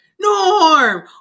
Norm